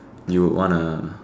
you would wanna